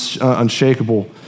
unshakable